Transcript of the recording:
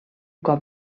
cop